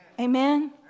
Amen